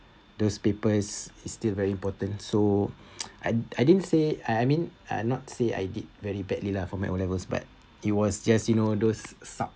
those papers is still very important so I I didn't say I mean uh not say I did very badly lah for my O levels but it was just you know those sub~